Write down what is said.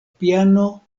piano